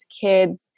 kids